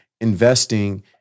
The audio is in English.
investing